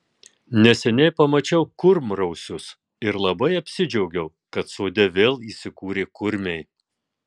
neseniai pamačiau kurmrausius ir labai apsidžiaugiau kad sode vėl įsikūrė kurmiai